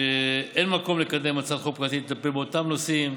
שאין מקום לקדם הצעת חוק פרטית המטפלת באותם הנושאים